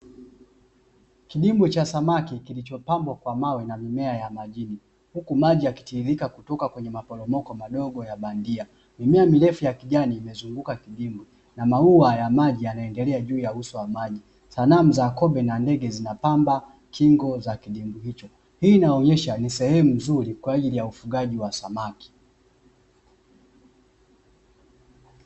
Kidimbwi cha samaki kilichopambwa kwa mawe na mimea ya majini, huku maji yakitiririka kutoka kwenye maporomoko madogo ya bandia, mimea mirefu yakijani imezunguka kidimbwi, na maua ya maji yanaelea juu ya uso wa maji. Sanamu ya ndege na kobe zinapamba kingo za kidimbi hicho. Hii inaonyesha ni sehemu nzuri kwa ajili ya ufugaji wa samaki.